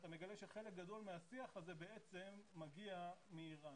אתה מגלה שחלק גדול מהשיח הזה מגיע מאירן.